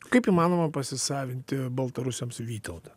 kaip įmanoma pasisavinti baltarusiams vytautą